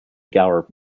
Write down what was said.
gower